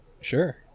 Sure